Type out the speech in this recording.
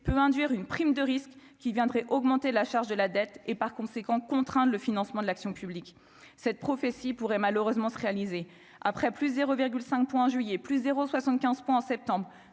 peut induire une prime de risque qui viendrait augmenter la charge de la dette et par conséquent contraint le financement de l'action publique cette prophétie pourrait malheureusement se réaliser après plus 0,5, juillet plus 0 75 points en septembre,